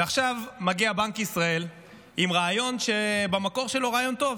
ועכשיו מגיע בנק ישראל עם רעיון שבמקור שלו הוא רעיון טוב: